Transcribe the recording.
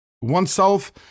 oneself